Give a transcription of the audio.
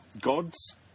gods